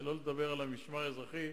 שלא לדבר על המשמר האזרחי.